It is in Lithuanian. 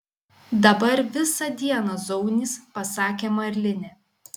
dabar visą dieną zaunys pasakė marlinė